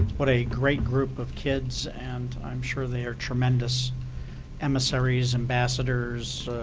what a great group of kids, and i'm sure they are tremendous emissaries, ambassadors,